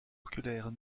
oculaires